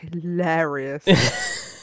hilarious